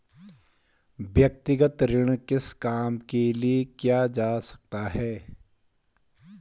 व्यक्तिगत ऋण किस काम के लिए किया जा सकता है?